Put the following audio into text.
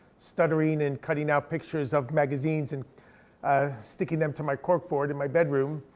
stuttering and cutting out pictures of magazines, and ah sticking them to my cork board in my bedroom,